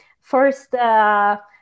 first